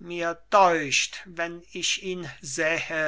mir deucht wenn ich ihn sähe